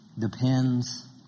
depends